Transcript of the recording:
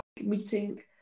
meeting